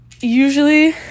usually